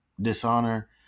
dishonor